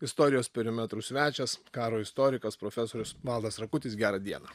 istorijos perimetrų svečias karo istorikas profesorius valdas rakutis gerą dieną